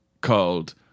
called